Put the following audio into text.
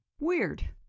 Weird